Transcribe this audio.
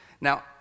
Now